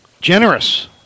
Generous